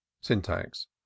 syntax